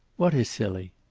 what is silly?